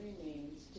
remains